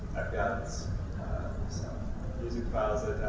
i've got some music files that